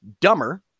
dumber